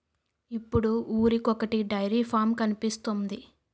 ఇప్పుడు ఊరికొకొటి dairy farm కనిపిస్తోంది